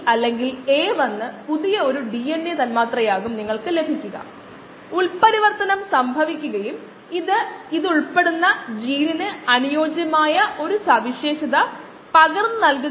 അതിനാൽ ഞാൻ പറയട്ടെ ഇത് xv0 നിന്ന് xv ലേക്ക് കോശങ്ങളുടെ സാന്ദ്രത കുറയ്ക്കുന്നതിനും പ്രായോഗികമാക്കുന്നതിനും സമയം നൽകുന്നു